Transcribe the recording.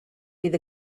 fydd